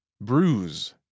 Bruise